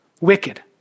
wicked